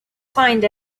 find